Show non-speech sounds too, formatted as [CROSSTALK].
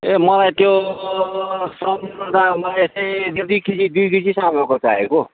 ए मलाई त्यो [UNINTELLIGIBLE] मलाई चाहिँ दुई केजी दुई केजीसम्मको चाहिएको हो